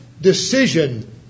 decision